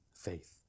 faith